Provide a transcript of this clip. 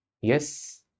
Yes